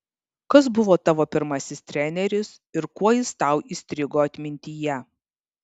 kas buvo tavo pirmasis treneris ir kuo jis tau įstrigo atmintyje